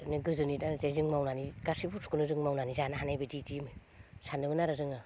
बिदिनो गोजोनै दा जों मावनानै गासै बुस्थुखौनो जों मावनानै जानो हानाय बादि सान्दोंमोन आरो जोङो